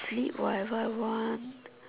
sleep whatever want